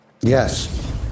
yes